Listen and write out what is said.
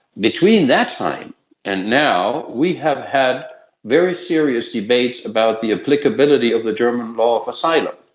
between that time and now, we have had very serious debates about the applicability of the german law of asylum,